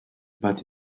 but